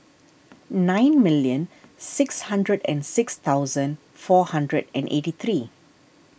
nine million six hundred and six thousand four hundred and eighty three